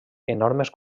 enormes